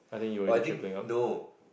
oh I think no